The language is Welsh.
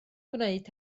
gwneud